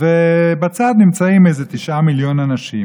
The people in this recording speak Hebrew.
ובצד נמצאים איזה תשעה מיליון אנשים